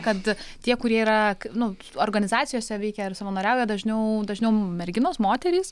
kad tie kurie yra nu organizacijose veikia ar savanoriauja dažniau dažniau merginos moterys